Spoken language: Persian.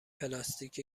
پلاستیک